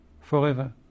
forever